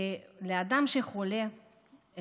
לאדם שחולה,